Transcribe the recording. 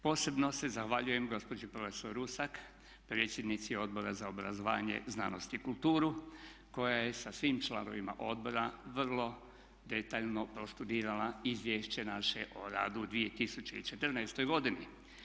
Posebno se zahvaljujem gospođi prof. Rusak, predsjednici Odbora za obrazovanje, znanost i kulturu koja je sa svim članovima odbora vrlo detaljno prostudirala izvješće naše o radu 2014. godine.